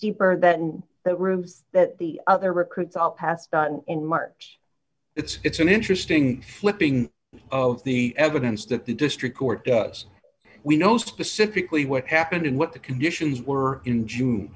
steeper than the rooms that the other records are marked it's an interesting flipping of the evidence that the district court does we know specifically what happened and what the conditions were in june